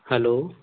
hello